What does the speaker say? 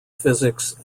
physics